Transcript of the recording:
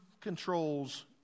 controls